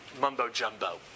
mumbo-jumbo